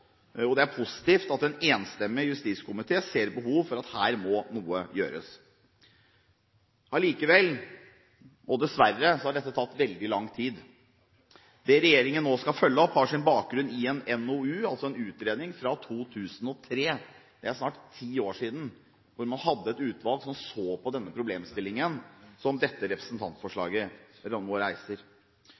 dette. Det er positivt at en enstemmig justiskomité ser behov for at her må noe gjøres. Allikevel – og dessverre – har dette tatt veldig lang tid. Det regjeringen nå skal følge opp, har sin bakgrunn i en NOU, altså en utredning, fra 2003 – det er snart ti år siden – hvor man hadde et utvalg som så på denne problemstillingen som dette representantforslaget nå reiser.